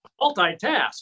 Multitask